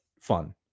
fun